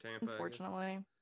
unfortunately